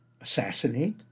assassinate